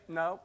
no